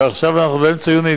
ועכשיו אנחנו באמצע יוני.